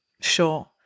Sure